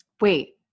Wait